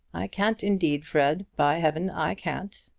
can't indeed, fred. by heaven, i can't!